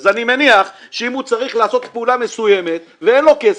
אני מניח שאם הוא צריך לעשות פעולה מסוימת ואין לו כסף,